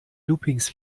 loopings